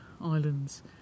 islands